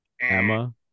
Emma